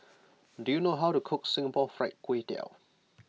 do you know how to cook Singapore Fried Kway Tiao